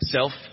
Self